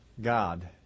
God